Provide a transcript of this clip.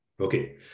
Okay